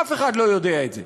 אף אחד לא יודע את זה,